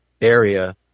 area